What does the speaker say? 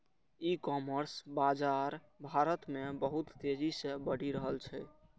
ई commerce बाजार भारत मे बहुत तेजी से बढ़ि रहल छै